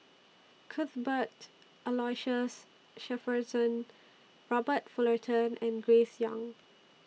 Cuthbert Aloysius Shepherdson Robert Fullerton and Grace Young